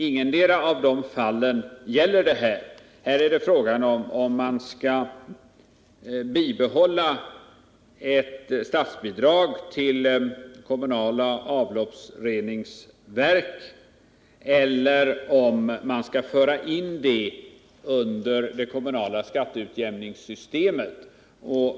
Ingetdera av dessa fall gäller i det här avseendet. Här är frågan om man skall bibehålla ett statsbidrag till kommunala avloppsreningsverk eller om man skall föra in det bidraget i det kommunala skatteutjämningssystemet.